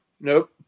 Nope